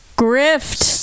grift